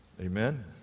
Amen